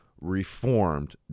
Reformed